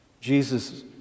Jesus